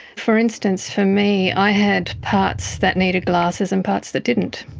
for instance, for me i had parts that needed glasses and parts that didn't.